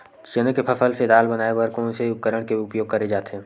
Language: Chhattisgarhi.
चना के फसल से दाल बनाये बर कोन से उपकरण के उपयोग करे जाथे?